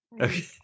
Okay